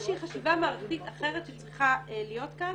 איזושהי חשיבה מערכתית אחרת שצריכה להיות כאן